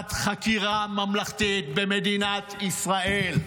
ועדת חקירה ממלכתית במדינת ישראל.